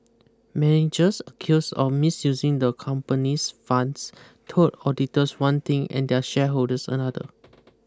managers accused of misusing the company's funds told auditors one thing and their shareholders another